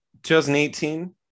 2018